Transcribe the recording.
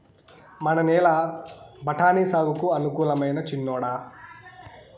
మన నేల బఠాని సాగుకు అనుకూలమైనా చిన్నోడా